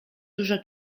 dużo